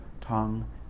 tongue